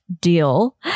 deal